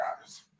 guys